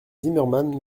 zimmermann